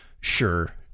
Sure